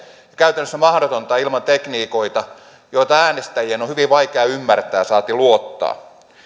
käytännössä mahdotonta ilman tekniikoita joita äänestäjien on hyvin vaikea ymmärtää saati luottaa niihin